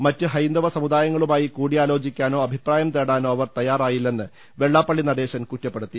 മറ്റ് ഹൈന്ദവ സമുദായങ്ങളു മായി കൂടിയാലോചിക്കാനോ അഭിപ്രായം തേടാനോ അവർ തയ്യാ റായില്ലെന്ന് വെള്ളാപ്പള്ളി നടേശൻ കുറ്റപ്പെടുത്തി